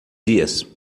dias